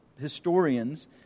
historians